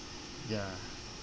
ya